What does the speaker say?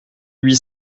huit